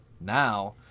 now